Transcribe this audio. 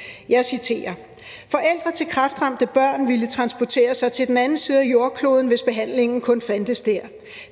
til borgerforslaget: »Forældre til kræftramte børn ville transportere sig til den anden side af jordkloden, hvis behandlingen kun fandtes der.